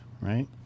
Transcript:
Right